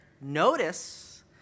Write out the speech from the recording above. Notice